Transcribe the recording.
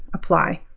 apply.